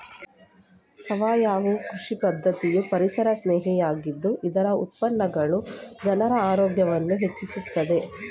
ಸಾವಯವ ಕೃಷಿ ಪದ್ಧತಿಯು ಪರಿಸರಸ್ನೇಹಿ ಆಗಿದ್ದು ಇದರ ಉತ್ಪನ್ನಗಳು ಜನರ ಆರೋಗ್ಯವನ್ನು ಹೆಚ್ಚಿಸುತ್ತದೆ